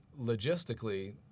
logistically